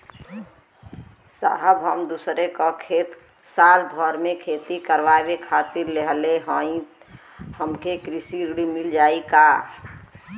साहब हम दूसरे क खेत साल भर खेती करावे खातिर लेहले हई हमके कृषि ऋण मिल जाई का?